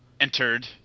entered